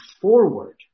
forward